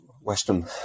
Western